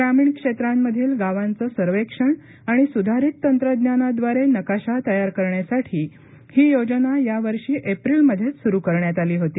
ग्रामीण क्षेत्रांमधील गावांचे सर्वेक्षण आणि सुधारित तंत्रज्ञानाद्वारे नकाशा तयार करण्यासाठी ही योजना यावर्षी एप्रिलमध्येच सुरु करण्यात आली होती